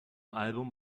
album